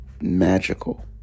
magical